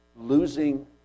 Losing